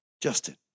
Justin